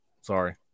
sorry